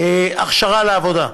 הכשרה לעבודה,